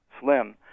slim